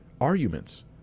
arguments